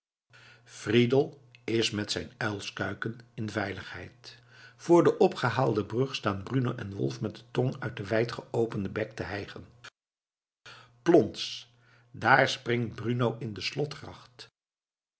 fridel is met zijn uilskuiken in veiligheid voor de opgehaalde brug staan bruno en wolf met de tong uit den wijdgeopenden bek te hijgen plons daar springt bruno in de